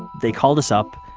they called us up,